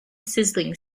sizzling